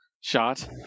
shot